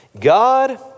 God